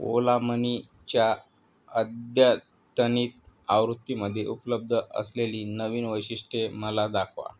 ओला मनीच्या अद्यतनित आवृत्तीमध्ये उपलब्ध असलेली नवीन वैशिष्ट्ये मला दाखवा